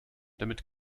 damit